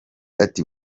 ati